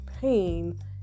pain